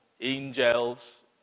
angels